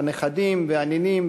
הנכדים והנינים,